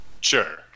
sure